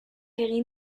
egin